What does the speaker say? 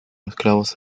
esclavos